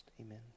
Amen